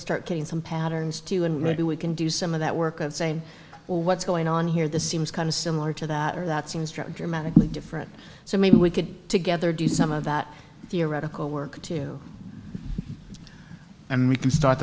start getting some patterns too and maybe we can do some of that work and say well what's going on here this seems kind of similar to that or that's instruct dramatically different so maybe we could together do some of that theoretical work too and we can start